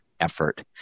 effort